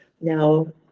Now